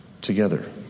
together